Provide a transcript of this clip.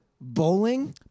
bowling